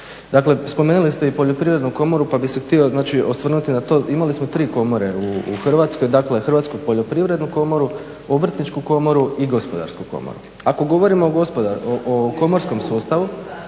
Dakle, spomenuli ste i Poljoprivrednu komoru pa bih se htio znači osvrnuti na to, imali smo tri komore u Hrvatskoj, dakle Hrvatsku poljoprivrednu komoru, Obrtničku komoru i Gospodarsku komoru. Ako govorimo o komorskom sustavu